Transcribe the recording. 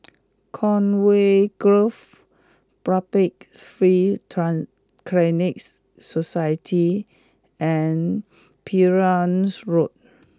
Conway Grove Public Free Clinic Society and Perahu Road